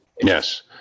Yes